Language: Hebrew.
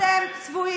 אתם צבועים.